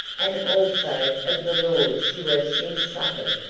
and also of the lords who have since suffered.